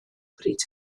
bryd